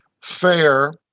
fair